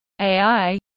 AI